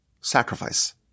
sacrifice